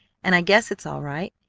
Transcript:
and i guess it's all right.